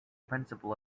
principal